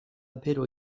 bero